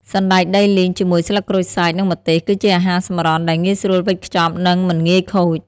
សណ្តែកដីលីងជាមួយស្លឹកក្រូចសើច និងម្ទេស គឺជាអាហារសម្រន់ដែលងាយស្រួលវេចខ្ចប់ និងមិនងាយខូច។